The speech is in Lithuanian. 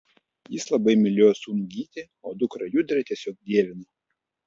jis labai mylėjo sūnų gytį o dukrą judrę tiesiog dievino